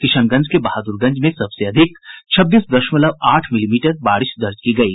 किशनगंज के बहादुरगंज में सबसे अधिक छब्बीस दशमलव आठ मिलीमीटर बारिश दर्ज की गयी